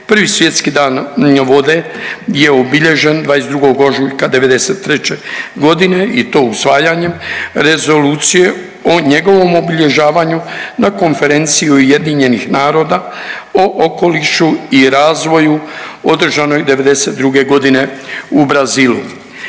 Prvi Svjetski dan vode je obilježen 22. ožujka '93. godine i to usvajanjem rezolucije o njegovom obilježavanju na Konferenciji UN-a o okolišu i razvoju održanoj '92. godine u Brazilu.